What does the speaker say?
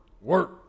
work